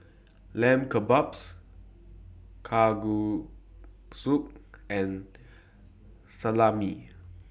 Lamb Kebabs Kalguksu and Salami